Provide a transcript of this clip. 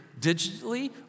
digitally